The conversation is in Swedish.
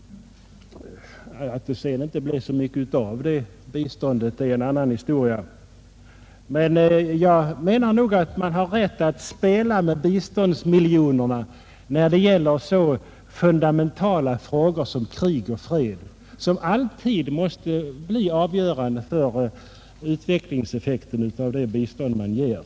Att det sedan inte blev så mycket av detta bistånd är en annan historia. Jag menar nog att man har rätt att spela med biståndsmiljonerna när det gäller så fundamentala frågor som krig och fred, vilka alltid måste bli avgörande för utvecklingseffekten av det bistånd man ger.